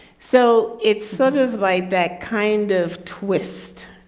so it's sort of like that kind of twist,